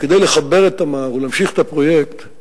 ובמיוחד בחודש האחרון מאז פרסום המלצותיה,